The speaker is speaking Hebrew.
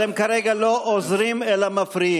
אתם כרגע לא עוזרים למפריעים.